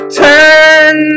turn